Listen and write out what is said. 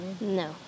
No